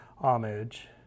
homage